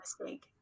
mistake